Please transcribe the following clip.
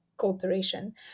Cooperation